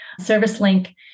ServiceLink